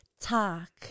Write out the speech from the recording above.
Talk